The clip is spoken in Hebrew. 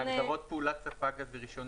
את הגדרות "פעולת ספק גז" ו"רישיון